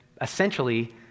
essentially